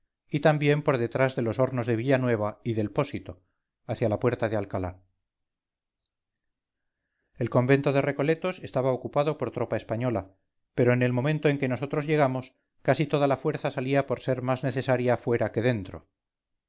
y también por detrás de los hornos de villanueva y del pósito hacia la puerta de alcalá el convento de recoletos estaba ocupado por tropa española pero en el momento en que nosotros llegamos casi toda la fuerza salía por ser más necesaria fuera que dentro